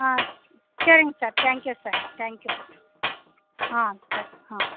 ஆ சரிங்க sir thank you sir thank you ஆ sir ஆ